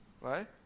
right